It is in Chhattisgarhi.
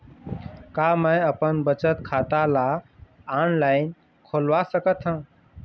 का मैं अपन बचत खाता ला ऑनलाइन खोलवा सकत ह?